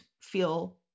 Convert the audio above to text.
feel